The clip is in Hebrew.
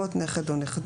נכד או נכדה,